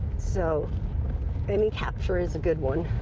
so any capture is a good one.